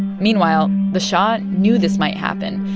meanwhile, the shah knew this might happen.